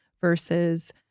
versus